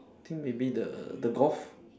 think maybe the the golf